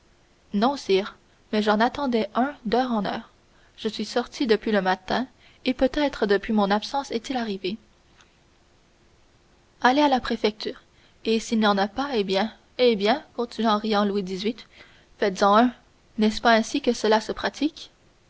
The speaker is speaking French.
non sire mais j'en attendais un d'heure en heure je suis sorti depuis le matin et peut-être depuis mon absence est-il arrivé allez à la préfecture et s'il n'y en a pas eh bien eh bien continua riant louis xviii faites-en un n'est-ce pas ainsi que cela se pratique